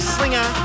Slinger